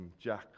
Jack